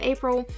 April